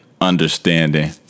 understanding